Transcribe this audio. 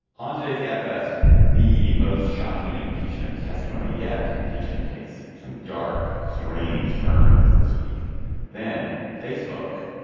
on today's gabfest. the most shocking impeachment testimony yet impeachment takes some dark strange turns this week then facebook